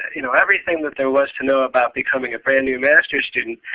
you know everything that there was to know about becoming a brand new master's student.